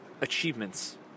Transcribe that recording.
achievements